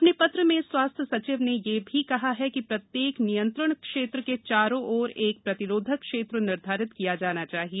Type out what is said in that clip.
अपने पत्र में स्वास्थ्य सचिव ने यह भी कहा है कि प्रत्येक नियंत्रण क्षेत्र के चारों ओर एक प्रतिरोधक क्षेत्र निर्धारित किया जाना चाहिए